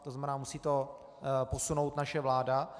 To znamená, musí to posunout naše vláda.